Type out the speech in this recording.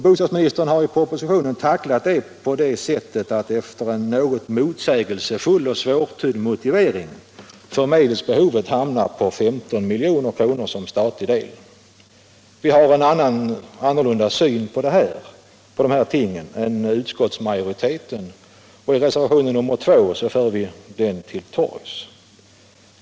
Bostadsministern har i propositionen tacklat den frågan på det sättet att efter en något motsägelsefull och svårtydd motivering har medelsbehovet hamnat på 15 milj.kr. som statlig del. Vi har en annan syn på de här tingen än utskottsmajoriteten, och i reservationen 2 för vi den till torgs.